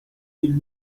you